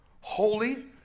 holy